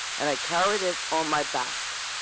and i carried it on my back.